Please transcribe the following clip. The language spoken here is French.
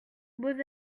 beaux